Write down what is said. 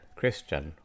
Christian